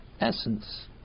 Essence